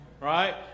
Right